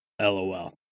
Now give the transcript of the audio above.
lol